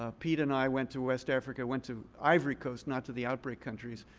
ah pete and i went to west africa, went to ivory coast, not to the outbreak countries,